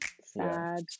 Sad